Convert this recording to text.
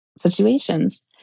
situations